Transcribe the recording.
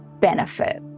benefit